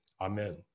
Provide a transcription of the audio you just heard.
amen